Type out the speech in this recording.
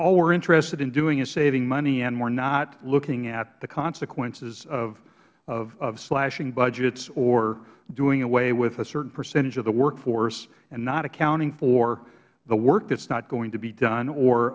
all we are interested in doing is saving money and we are not looking at the consequences of slashing budgets or doing away with a certain percentage of the workforce and not accounting for the work that is not going to be done or